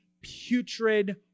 putrid